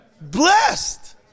Blessed